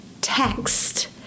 text